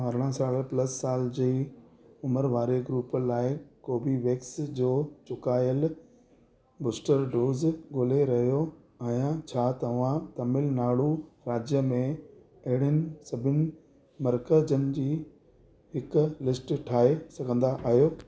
मां अरिड़ह प्लस साल जी उमिरि वारे ग्रूप लाइ कोबीवैक्स जो चुकाइल बूस्टर डोज़ ॻोल्हे रहियो आहियां छा तव्हां तमिल नाडु राज्य में अहिड़नि सभिनी मर्कज़नि जी हिकु लिस्ट ठाहे सघंदा आहियो